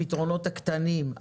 הפתרונות הקטנים,